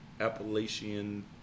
Appalachian